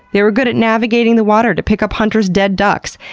they were good at navigating the water to pick up hunters' dead ducks.